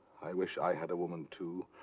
i wish i had a woman too,